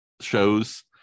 shows